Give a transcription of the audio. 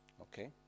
okay